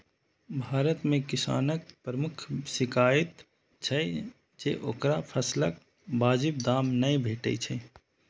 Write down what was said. भारत मे किसानक प्रमुख शिकाइत छै जे ओकरा फसलक वाजिब दाम नै भेटै छै